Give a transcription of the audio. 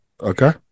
Okay